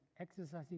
exercising